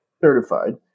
Certified